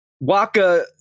Waka